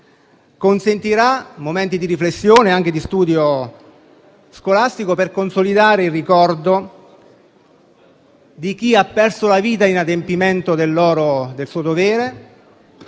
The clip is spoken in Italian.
consentirà momenti di riflessione e anche di studio scolastico per consolidare il ricordo di chi ha perso la vita in adempimento del proprio dovere.